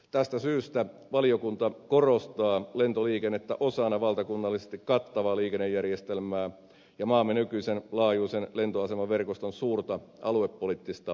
tästä syystä valiokunta korostaa lentoliikennettä osana valtakunnallisesti kattavaa liikennejärjestelmää ja maamme nykyisen laajuisen lentoasemaverkoston suurta aluepoliittista merkitystä